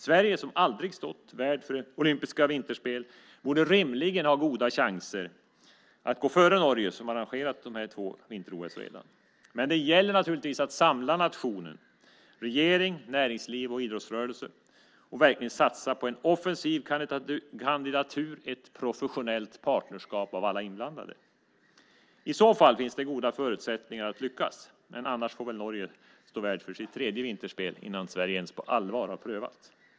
Sverige som aldrig stått värd för olympiska vinterspel borde rimligen ha goda chanser att gå före Norge som redan arrangerat två vinter-OS. Men det gäller att samla nationen, regering, näringsliv och idrottsrörelse och satsa på en offensiv kandidatur och ett professionellt partnerskap av alla inblandade. I så fall finns det goda förutsättningar att lyckas. Annars får väl Norge stå värd för sitt tredje vinterspel innan Sverige ens på allvar har prövats.